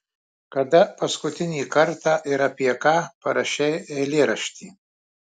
kada paskutinį kartą ir apie ką parašei eilėraštį